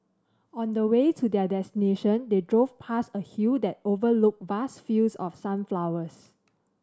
on the way to their destination they drove past a hill that overlooked vast fields of sunflowers